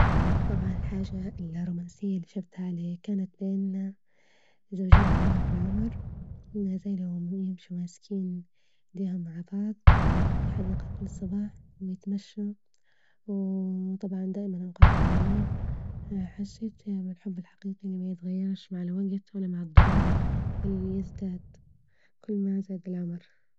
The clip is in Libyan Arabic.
طبعا الحاجة الرومانسية اللي شفتها اللي كانت بين زوجين كبار بالعمر ما زالهم يمشوا ماسكين إيديهم مع بعض في حديقة بالصباح، ويتمشوا وطبعا دائما أوقاتهم جميلة حسيت بالحب الحقيقي اللي ميتغيرش مع الوجت ولا مع الضروف بل يزداد كل ما زاد العمر.